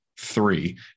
Three